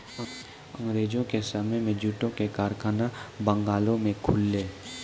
अंगरेजो के समय मे जूटो के कारखाना बंगालो मे खुललै